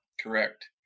correct